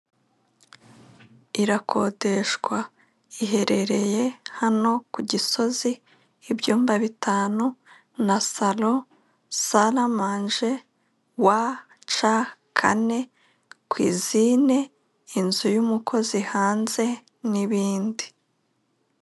Irakodeshwa iherereye hano ku Gisozi, ibyumba bitanu, na salo saramanje, wa ca kane, kwizine, inzu y'umukozi hanze n ibindi.